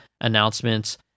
announcements